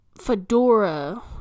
fedora